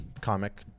comic